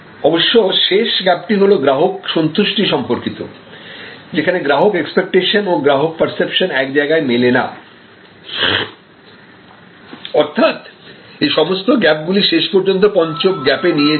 অবশ্যশেষ গ্যাপটি হল গ্রাহক সন্তুষ্টি সম্পর্কিত যেখানে গ্রাহক এক্সপেক্টেশন এবং গ্রাহক পার্সেপশন এক জায়গায় মেলে না অর্থাৎ এই সমস্ত গ্যাপ গুলি শেষ পর্যন্ত পঞ্চম গ্যাপে নিয়ে যায়